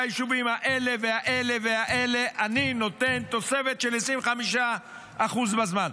ביישובים האלה והאלה והאלה אני נותן 25% מהזמן.